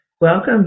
Welcome